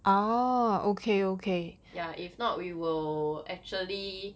ya if not we will actually